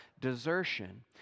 desertion